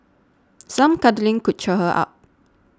some cuddling could cheer her up